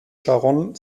sharon